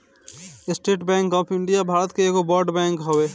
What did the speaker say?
estate Bank of India भारत के एगो बड़ बैंक हवे